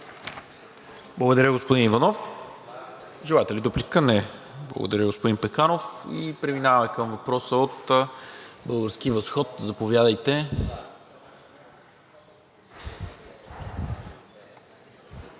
Благодаря, господин Иванов. Желаете ли дуплика, господин Пеканов? Не. Преминаваме към въпроса от „Български възход“. Заповядайте.